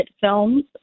films